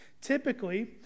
Typically